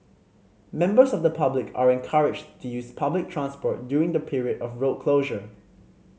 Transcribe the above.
members of the public are encouraged to use public transport during the period of road closure